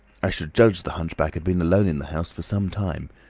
i should judge the hunchback had been alone in the house for some time.